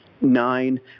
Nine